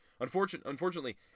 Unfortunately